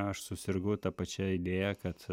aš susirgau ta pačia idėja kad